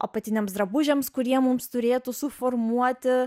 apatiniams drabužiams kurie mums turėtų suformuoti